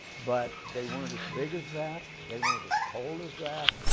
but they weren't as big as that, they weren't as cold as that,